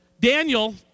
Daniel